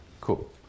cool